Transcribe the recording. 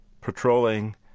patrolling